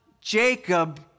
Jacob